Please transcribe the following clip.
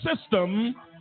system